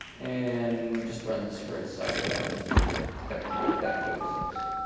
and just runs for its side effects, which is effectively what that code says.